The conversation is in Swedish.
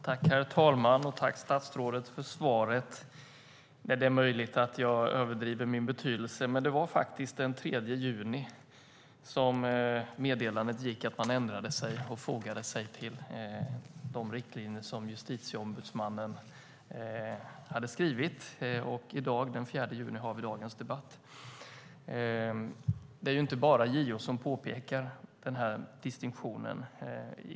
Herr talman! Tack, statsrådet, för svaret! Det är möjligt att jag överdriver min betydelse. Men det var faktiskt den 3 juni som meddelandet gick ut om att man ändrade sig och fogade sig till de riktlinjer som Justitieombudsmannen hade skrivit. I dag, den 4 juni, har vi dagens debatt. Det är inte bara JO som påpekar den här distinktionen.